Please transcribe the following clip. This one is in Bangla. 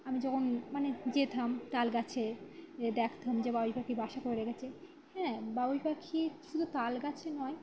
আমি যখন মানে যেতাম তাল গাছে দেখতাম যে বাবুই পাখি বাসা করে রেখেছে হ্যাঁ বাবুই পাখি শুধু তাল গাছে নয়